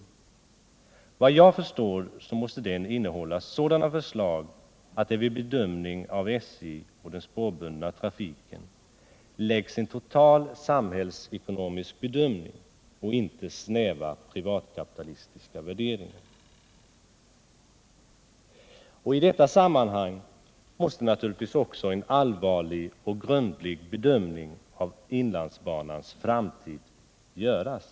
Såvitt jag förstår måste den innehålla sådana förslag att det vid bedömning av SJ och den spårbundna trafiken läggs in en total samhällsekonomisk avvägning och inte snäva privatkapitalistiska värderingar. I detta sammanhang måste naturligtvis också en grundlig bedömning av inlandsbanans framtid göras.